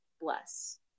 Bless